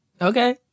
Okay